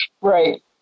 right